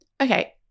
Okay